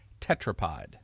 tetrapod